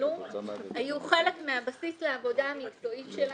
שהתקבלו היו חלק מהבסיס לעבודה המקצועית שלנו.